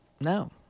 No